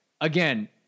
again